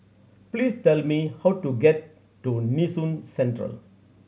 please tell me how to get to Nee Soon Central